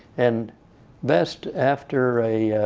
and vest, after